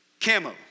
Camo